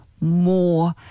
more